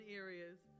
areas